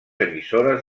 emissores